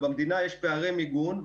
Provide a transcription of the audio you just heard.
במדינה יש פערי מיגון,